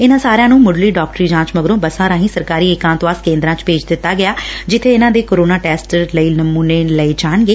ਇਨ੍ਨਾਂ ਸਾਰਿਆਂ ਨੂੰ ਮੁੱਢਲੀ ਡਾਕਟਰੀ ਜਾਚ ਮਗਰੋ ਬੱਸਾ ਰਾਹੀ ਸਰਕਾਰੀ ਇਕਾਤਵਾਸ ਕੇਦਰਾ ਚ ਭੇਜ ਦਿੱਤਾ ਗਿਐ ਜਿੱਬੇ ਇਨਾ ਦੇ ਕੋਰੋਨਾ ਟੈਸਟ ਲਈ ਨਮੁਨੇ ਲਏ ਜਾਣਗੇ